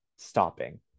stopping